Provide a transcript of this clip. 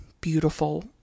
beautiful